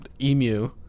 emu